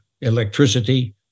electricity